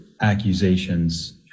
accusations